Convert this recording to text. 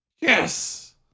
Yes